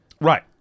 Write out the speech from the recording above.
Right